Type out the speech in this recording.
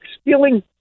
stealing